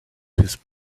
his